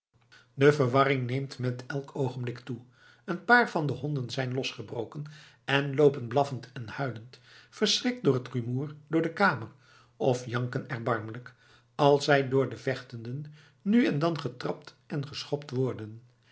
de verwarring neemt met elk oogenblik toe een paar van de honden zijn losgebroken en loopen blaffend en huilend verschrikt door t rumoer door de kamer of janken erbarmelijk als zij door de vechtenden nu en dan getrapt en geschopt worden